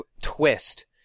twist